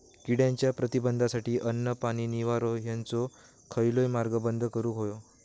किड्यांच्या प्रतिबंधासाठी अन्न, पाणी, निवारो हेंचो खयलोय मार्ग बंद करुक होयो